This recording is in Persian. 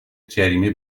جریمه